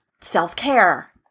self-care